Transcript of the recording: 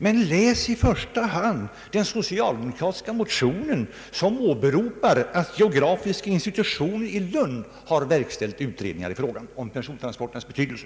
Men läs i första hand den socialdemokratiska motionen, herr statsrådet. I den åberopas att geografiska institutionen i Lund har verkställt utredningar om persontransportens betydelse.